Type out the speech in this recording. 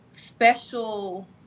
special